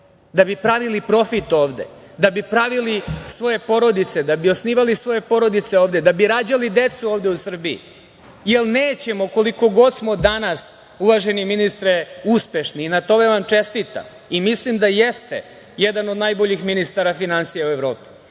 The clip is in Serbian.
da bi pravili profit ovde, da bi pravili svoje porodice, da bi osnivali svoje porodice ovde, da bi rađali decu ovde u Srbiji, jer nećemo, koliko god smo danas, uvaženi ministre, uspešni i na tom vam čestitam i mislim da jeste jedan od najboljih ministara finansija u Evropi,